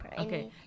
Okay